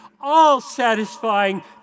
all-satisfying